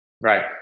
Right